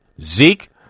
Zeke